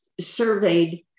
surveyed